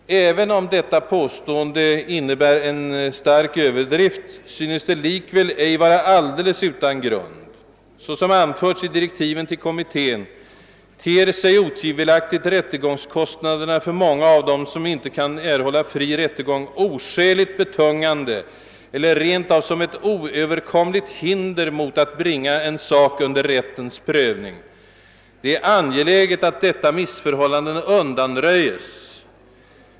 även om detta påstående innebär en stark överdrift, synes det likväl ej vara all deles utan grund. Såsom anförts i direktiven till kommittén te sig otvivelaktigt rättegångskostnaderna för många av dem, som ej kunna erhålla fri rättegång, oskäligt betungande eller rent av som ett oöverkomligt hinder mot att bringa en sak under rättens prövning. Det är angeläget att detta missförhållande undanröjes.